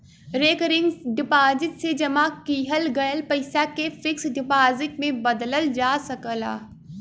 recurring deposit से जमा किहल गयल पइसा के फिक्स डिपाजिट में बदलल जा सकला